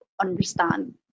understand